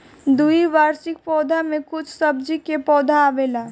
द्विवार्षिक पौधा में कुछ सब्जी के पौधा आवेला